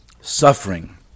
suffering